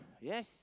yes